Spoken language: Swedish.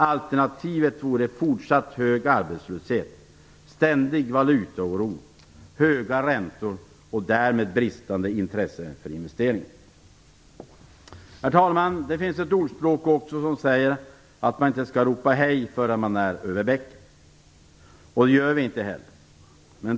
Alternativet vore fortsatt hög arbetslöshet, ständig valutaoro, höga räntor och därmed bristande intresse för investeringar. Herr talman! Det finns också ett ordspråk som säger att man inte skall ropa hej förrän man är över bäcken. Och det gör vi inte heller.